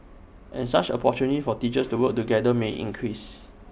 and such opportunities for teachers to work together may increase